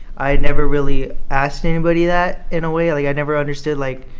i never really asked anybody that in a way. like, i never understood, like,